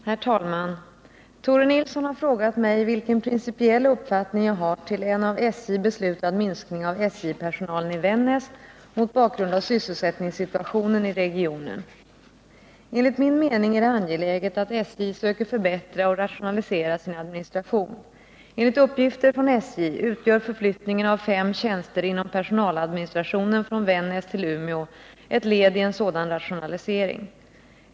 Herr talman! Tore Nilsson har frågat mig vilken principiell uppfattning jag har om en av SJ beslutad minskning av SJ-personalen i Vännäs mot bakgrund av sysselsättningssituationen i regionen. Enligt min mening är det angeläget att SJ söker förbättra och rationalisera sin administration. Enligt uppgifter från SJ utgör förflyttningen av fem tjänster inom personaladministrationen från Vännäs till Umeå ett led i en sådan rationalisering.